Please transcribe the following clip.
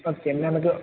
okay എന്നാൽ നമുക്ക്